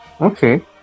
Okay